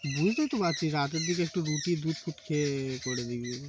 বুঝতেই তো পারছিস রাতের দিকে একটু রুটি দুধ ফুদ খেয়ে এ করে দিবি